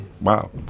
Wow